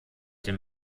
den